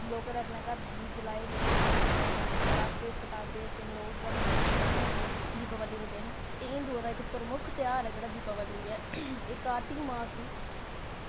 लोकें अपने घर दीप जलाये हे पटाके फटांदे इस दिन लोग बड़ी खुशी बनांदे दीपावली दे दिन एह् हिंदुऐं दा इक्क प्रमुख त्यौहार ऐ जेह्ड़ा दीपावली ऐ एह् कार्तिक मास दी